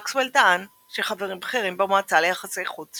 מקסוול טען שחברים בכירים במועצה ליחסי חוץ,